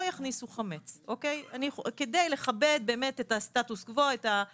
יכניסו חמץ כדי לכבד את הסטטוס קוו וכדי